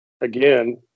again